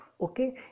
okay